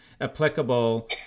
applicable